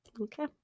Okay